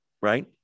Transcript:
right